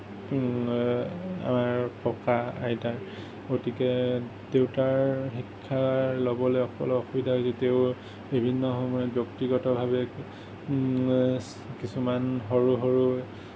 আমাৰ ককা আইতা গতিকে দেউতাৰ শিক্ষা ল'বলৈ অ অলপ অসুবিধা হৈছিল তেওঁ বিভিন্ন সময়ত ব্যক্তিগতভাৱে কিছুমান সৰু সৰু